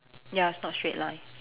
ya it's not straight line